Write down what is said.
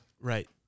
Right